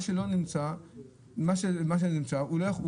מה שלא נמצא אפשר להוסיף רק באישור,